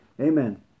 Amen